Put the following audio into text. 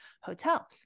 hotel